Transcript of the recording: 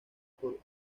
por